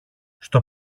στο